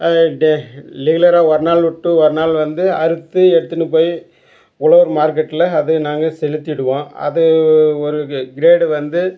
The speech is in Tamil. டே லீலராக ஒரு நாள் விட்டு ஒரு நாள் வந்து அறுத்து எடுத்துன்னு போய் உழவர் மார்க்கெட்டில் அது நாங்கள் செலுத்திவிடுவோம் அது ஒரு க்ரேடு வந்து